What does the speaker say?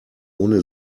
ohne